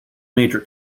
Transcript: major